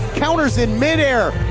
countered in mid-air,